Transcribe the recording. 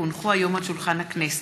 כי הונחו היום על שולחן הכנסת,